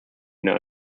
not